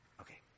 Okay